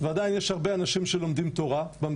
בן